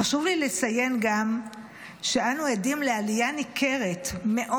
חשוב לי לציין גם שאנו עדים לעלייה ניכרת מאוד